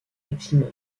maximum